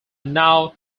now